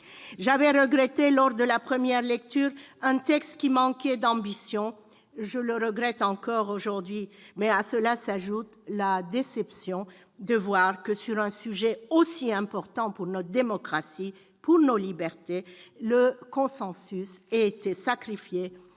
J'avais regretté, lors de la première lecture, un texte qui manquait d'ambition ; je le regrette encore aujourd'hui. Mais à cela s'ajoute la déception de voir que, sur un sujet aussi important pour notre démocratie, pour nos libertés, le consensus ait été sacrifié